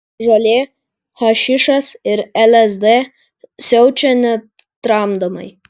žolė hašišas ir lsd siaučia netramdomai